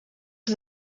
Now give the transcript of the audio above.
het